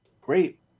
Great